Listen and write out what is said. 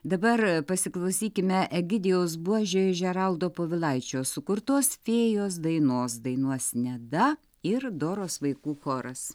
dabar pasiklausykime egidijaus buožio ižeraldo povilaičio sukurtos fėjos dainos dainuos neda ir doros vaikų choras